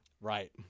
Right